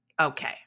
Okay